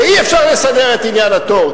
ואי-אפשר לסדר את עניין התור.